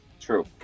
True